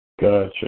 Gotcha